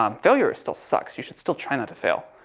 um failure still sucks. you should still try not to fail.